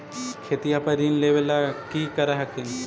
खेतिया पर ऋण लेबे ला की कर हखिन?